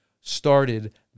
started